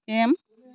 M